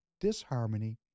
disharmony